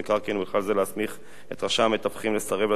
ובכלל זה להסמיך את רשם המתווכים לסרב לתת רשיון,